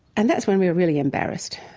and that's when we're really embarrassed,